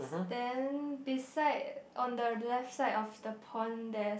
then beside on the left side of the pond there's